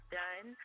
done